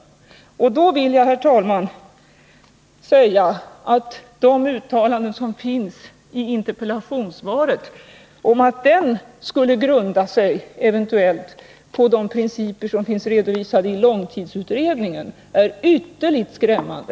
Jag vill i det sammanhanget, herr talman, säga att de uttalanden som finns i interpellationssvaret om att en eventuell sådan plan skulle grunda sig på de principer som finns redovisade i långtidsutredningen är ytterligt skrämmande.